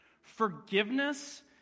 forgiveness